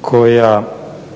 koja